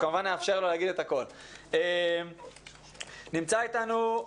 תודה אדוני היושב-ראש,